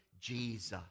Jesus